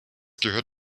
gehört